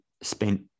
spent